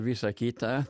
visa kita